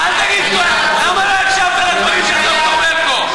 אל תגיד כואב, למה לא הקשבת לדברים שאתה, פה.